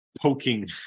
poking